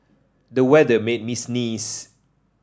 the weather made me sneeze